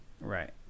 Right